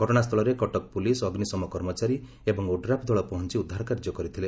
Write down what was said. ଘଟଣାସ୍ଥଳରେ କଟକ ପୁଲିସ୍ ଅଗ୍ନିଶମ କର୍ମଚାରୀ ଏବଂ ଓଡ୍ରାଫ୍ ଦଳ ପହଞ୍ଚ ଉଦ୍ଧାର କାର୍ଯ୍ୟ କରିଥିଲେ